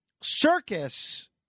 circus